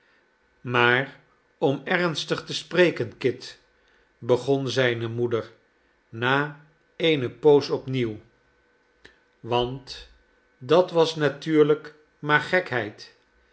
maar om ernstig te spreken kit begon zijne moeder na eene poos opnieuw want dat was natuurlijk maar gekheid